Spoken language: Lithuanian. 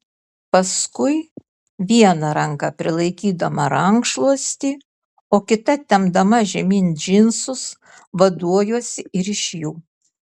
paskui viena ranka prilaikydama rankšluostį o kita tempdama žemyn džinsus vaduojuosi ir iš jų